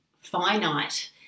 finite